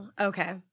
Okay